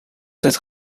cette